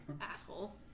Asshole